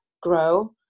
grow